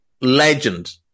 Legend